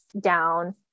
down